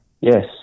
Yes